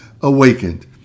awakened